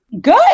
Good